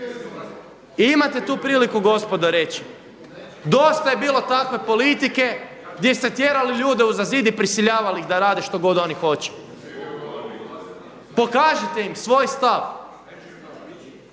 Imate tu priliku gospodo reći. Dosta je bilo takve politike, gdje ste tjerali ljude uza zid i prisiljavali ih da rade što god oni hoće. Pokažite im svoj stav.